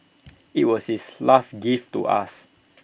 IT was his last gift to us